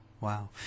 wow